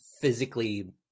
physically